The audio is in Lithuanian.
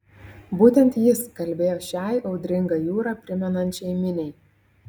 būtent jis kalbėjo šiai audringą jūrą primenančiai miniai